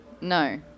no